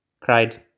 cried